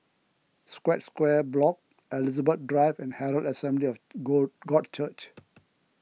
Scotts Square Block Elizabeth Drive and Herald Assembly God God Church